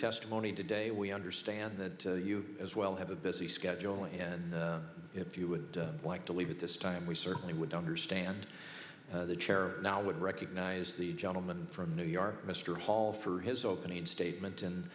testimony today we understand that you as well have a busy schedule and if you would like to leave at this time we certainly would understand the chair now would recognize the gentleman from new york mr hall for his opening statement and